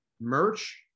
merch